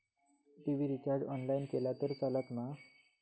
TV recharge online केला तरी चलात मा?